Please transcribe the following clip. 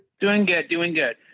doing good doing good,